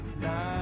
night